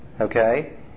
okay